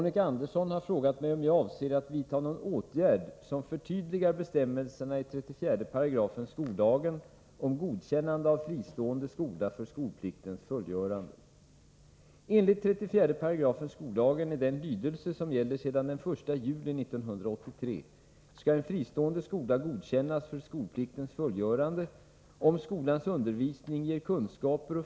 I enlighet med proposition 1982/83:1 beslutade riksdagen i december 1982 om en förändring av 34§ skollagen om godkännande av fristående skola.